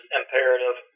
imperative